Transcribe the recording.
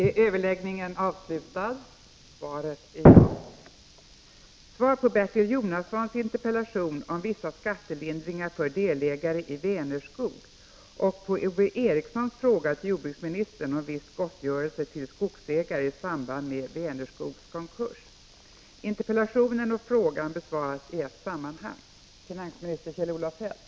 Regeringsrätten har nu avgjort frågan om beskattningen av de s.k. likvidlånekontona i samband med Vänerskogs konkurs. Beslutet innebär att skogsägarna är skyldiga att betala både mervärdeskatt och inkomstskatt för likvider som de i realiteten aldrig disponerat. Är statsrådet beredd att vidta åtgärder så att drabbade skogsägare gottgöres och så att inte en liknande situation upprepas?